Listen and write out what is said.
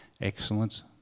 excellence